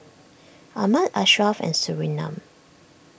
Ahmad Ashraff and Surinam